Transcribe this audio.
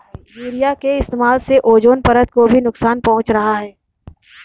urea के इस्तेमाल से ओजोन परत को भी नुकसान पहुंच रहा है